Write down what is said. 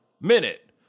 Minute